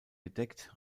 gedeckt